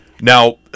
now